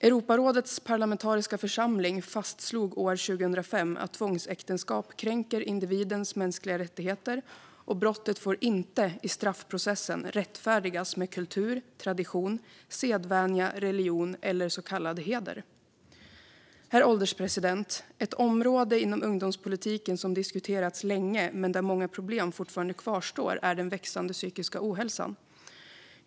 Europarådets parlamentariska församling fastslog år 2005 att tvångsäktenskap kränker individens mänskliga rättigheter, och brottet får inte i straffprocessen rättfärdigas med kultur, tradition, sedvänja, religion eller så kallad heder. Herr ålderspresident! Ett område inom ungdomspolitiken som diskuterats länge men där många problem fortfarande kvarstår är den växande psykiska ohälsan.